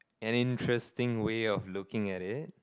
an interesting way of looking at it